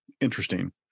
interesting